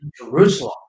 Jerusalem